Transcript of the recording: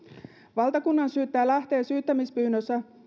valtakunnansyyttäjä lähtee syyttämispyynnössä